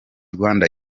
rwanda